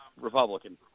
Republican